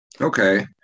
Okay